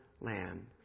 land